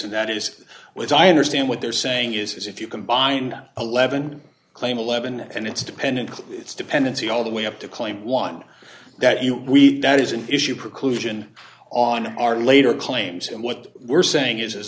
and that is was i understand what they're saying is if you combine eleven claim eleven and it's dependent it's dependency all the way up to claim one that you we that is an issue preclusion on our later claims and what we're saying is